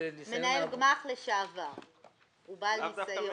מנהל גמ"ח לשעבר הוא בעל ניסיון.